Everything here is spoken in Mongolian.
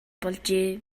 болжээ